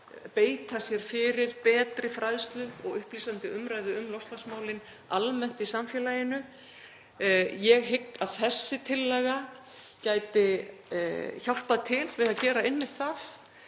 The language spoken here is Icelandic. beita sér fyrir betri fræðslu og upplýsandi umræðu um loftslagsmálin almennt í samfélaginu. Ég hygg að þessi tillaga gæti hjálpað til við að gera einmitt það